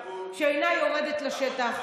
שאינה יורדת לשטח,